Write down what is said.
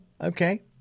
okay